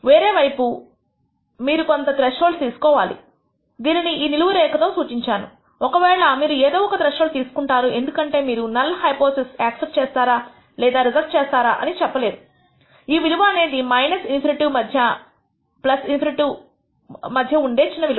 వేరే వైపు మీరు కొంత త్రెష్హోల్డ్స్ తీసుకోవాలి దీనిని ఈ నిలువురేఖ తో సూచించాను ఒకవేళ మీరు ఏదో ఒక త్రెష్హోల్డ్ తీసుకుంటారు ఎందుకంటే మీరు నల్ హైపోథిసిస్ యాక్సెప్ట్ చేస్తారా లేదా రిజెక్ట్ చేస్తారు అని చెప్పలేరు ఈ విలువ అనేది ∞ మధ్య ∞ ఉండే చిన్న విలువ